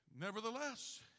nevertheless